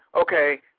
okay